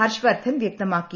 ഹർഷ വർദ്ധൻ വ്യക്തമാക്കി